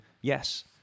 yes